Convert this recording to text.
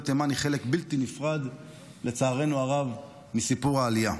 תימן היא חלק בלתי נפרד מסיפור העלייה,